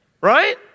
Right